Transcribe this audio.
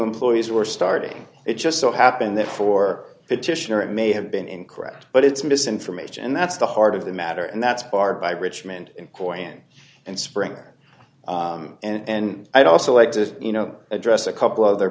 employees were starting it just so happened that for petitioner it may have been incorrect but it's misinformation and that's the heart of the matter and that's part by richmond in korean and springer and i'd also like to you know address a couple other